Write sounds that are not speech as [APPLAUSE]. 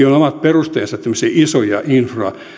[UNINTELLIGIBLE] on omat perusteensa tämmöisiä isoja infrahankkeita